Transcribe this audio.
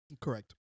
Correct